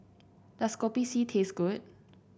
does Kopi C taste good